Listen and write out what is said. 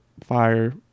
fire